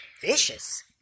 vicious